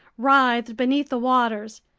writhed beneath the waters.